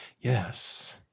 Yes